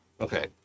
Okay